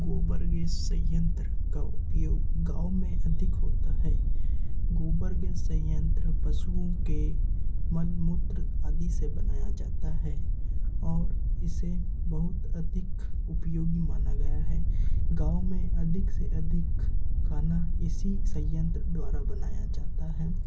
गोबर गैस संयंत्र का उपयोग गाँव में अधिक होता है गोबर गैस संयंत्र पशुओं के मल मूत्र आदि से बनाया जाता है और इसे बहुत अधिक उपयोगी माना गया है गाँव में अधिक से अधिक खाना इसी संयंत्र द्वारा बनाया जाता है